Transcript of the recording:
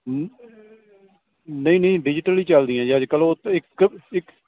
ਨਹੀਂ ਨਹੀਂ ਡਿਜੀਟਲ ਹੀ ਚੱਲਦੀਆਂ ਜੀ ਅੱਜ ਕੱਲ੍ਹ ਉਹ ਇੱਕ ਇੱਕ